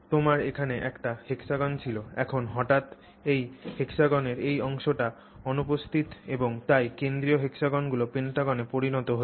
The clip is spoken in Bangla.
তোমার এখানে একটি হেক্সাগন ছিল এখন হঠাৎ এই হেক্সাগনের এই অংশটি অনুপস্থিত এবং তাই কেন্দ্রীয় হেক্সাগনগুলি পেন্টাগনে পরিণত হয়েছে